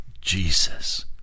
jesus